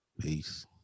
peace